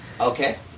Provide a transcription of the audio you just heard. Okay